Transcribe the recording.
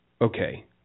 okay